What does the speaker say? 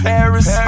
Paris